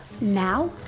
Now